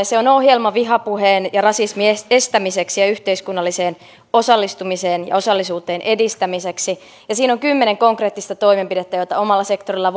se on ohjelma vihapuheen ja rasismin estämiseksi ja yhteiskunnalliseen osallistumiseen ja osallisuuteen edistämiseksi ja siinä on kymmenen konkreettista toimenpidettä joita omalla sektorilla